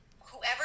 Whoever